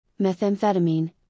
methamphetamine